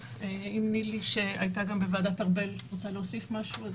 נילי, שהייתה בוועדת ארבל, אולי רוצה להוסיף משהו.